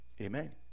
Amen